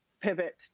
pivot